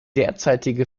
derzeitige